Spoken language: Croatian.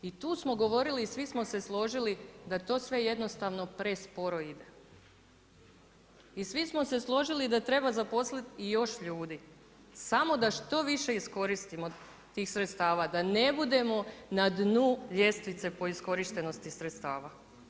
I tu smo govorili, svi smo se složili da to sve jednostavno presporo ide. i svi smo se složili da treba zaposliti još ljudi samo da što više iskoristimo tih sredstava, da ne budemo na dnu ljestvice po iskorištenosti sredstava.